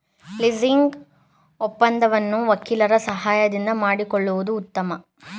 leasing ಒಪ್ಪಂದವನ್ನು ವಕೀಲರ ಸಹಾಯದಿಂದ ಮಾಡಿಸಿಕೊಳ್ಳುವುದು ಉತ್ತಮ